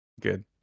Good